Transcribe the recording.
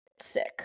sick